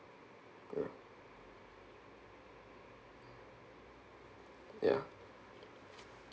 ya ya